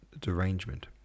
derangement